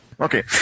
Okay